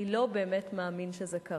אני לא באמת מאמין שזה קרה.